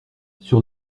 sur